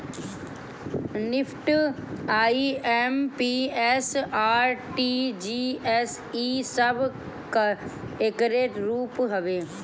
NEFT, IMPS, RTGS इ सब एकरे रूप हवे